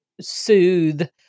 soothe